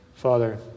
Father